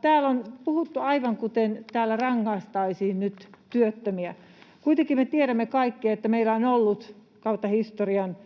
Täällä on puhuttu aivan kuten täällä rangaistaisiin nyt työttömiä. Kuitenkin me tiedämme kaikki, että meillä on ollut kautta historian